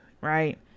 right